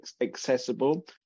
accessible